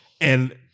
and-